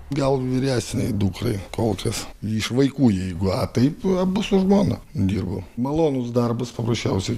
gal vyresnei dukrai kol kas iš vaikų jeigu a taip abu su žmona dirbam malonus darbas paprasčiausiai